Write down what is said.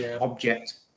object